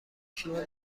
کیلومتر